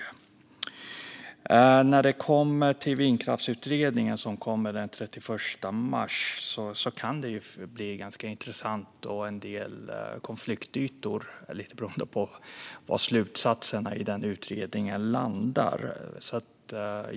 Vindkraftsutredningen presenterar sitt förslag den 31 mars, och det kan bli ganska intressant. Det finns en del konfliktytor, lite beroende på var slutsatserna i utredningen landar.